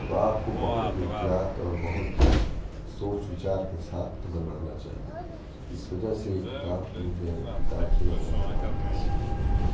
تو آپ کو بہت احتیاط اور بہت ہی سوچ وچار کے ساتھ قدم رکھنا چاہیے اس وجہ سے یہ کتاب مجھے کتاب سے میں بہت زیادہ متاثر ہوا ہوں